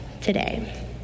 today